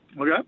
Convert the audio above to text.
Okay